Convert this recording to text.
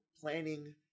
planning